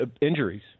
injuries